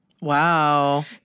Wow